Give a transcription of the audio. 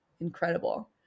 incredible